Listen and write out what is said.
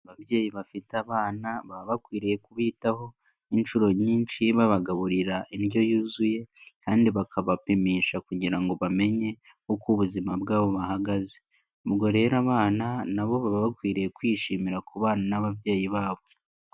Ababyeyi bafite abana baba bakwiriye kubitaho inshuro nyinshi babagaburira indyo yuzuye kandi bakabapimisha kugira ngo bamenye uko ubuzima bwabo buhagaze, ubwo rero abana na bo baba bakwiriye kwishimira kubana n'ababyeyi babo.